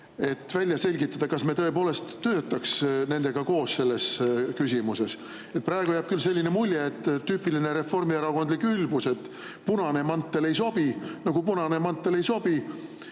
ja välja selgitada, kas me tõepoolest töötaks nendega koos selles küsimuses. Praegu jääb küll selline mulje, et [see on] tüüpiline reformierakondlik ülbus. Punane mantel ei sobi, kui punane mantel ei sobi,